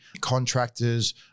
contractors